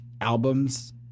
albums